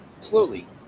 slowly